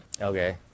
Okay